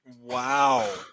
wow